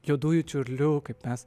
juodųjų čiurlių kaip mes